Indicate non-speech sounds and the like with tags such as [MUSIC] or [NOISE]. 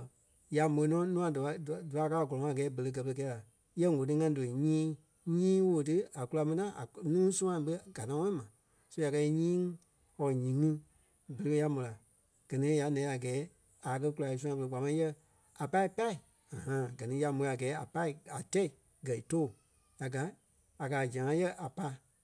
[HESITATION] ya môi nɔ nûa dífa dífa- dífa- kaa a gɔlɔŋɔɔ a gɛɛ berei gɛ́ pere kɛɛ la. Yɛ woo ti ŋa dóli nyii, nyii woo ti a kula mi naa a ku- nuu sũa ɓé gana ŋɔɔ ma. So a kɛ̀ nyii or nyiŋi berei ɓe ya mó la. Gɛ ni ya lɛ́ a gɛɛ a kɛ kula i sũâ pere kpaa máŋ yɛ a pai pâi [UNINTELLIGIBLE] Gɛ ni ya môi a gɛɛ a pâi a tɛ́i gɛ́ í too ya gaa. A kaa a zã́a yɛ a pai